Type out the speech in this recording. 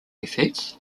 effects